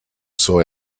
saw